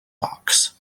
box